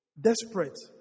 desperate